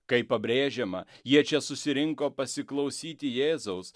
kaip pabrėžiama jie čia susirinko pasiklausyti jėzaus